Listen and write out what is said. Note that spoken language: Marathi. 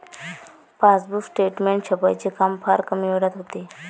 पासबुक स्टेटमेंट छपाईचे काम फार कमी वेळात होते